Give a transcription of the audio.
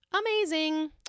Amazing